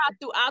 throughout